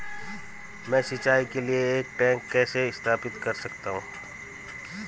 मैं सिंचाई के लिए एक टैंक कैसे स्थापित कर सकता हूँ?